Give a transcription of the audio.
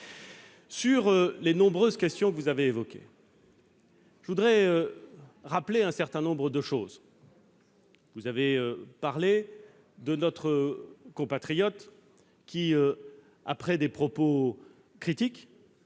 les nombreux points que vous avez abordés, je voudrais rappeler un certain nombre de choses. Vous avez cité le cas de notre compatriote qui, après des propos critiques